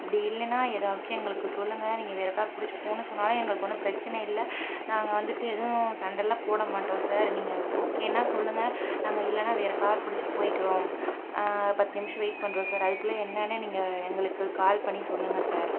அப்படி இல்லைன்னா வேறே எதாச்சும் நீங்கள் சொல்லுங்கள் நீங்கள் வேறே கார் பிடிச்சி போன்னு சொன்னாலும் எங்களுக்கு ஒன்றும் பிரச்சனை இல்லை நாங்கள் வந்துட்டு எதுவும் சண்டைலா போட மாட்டோம் சார் நீங்க ஓகேனால் சொல்லுங்கள் நாங்கள் இல்லைனா வேறே கார் பிடிச்சி போயிக்கிறோம் பத்து நிமிடம் வெயிட் பண்ணுறோம் சார் அதுக்குள்ள என்னன்னு நீங்கள் எங்களுக்கு கால் பண்ணி சொல்லுங்கள் சார்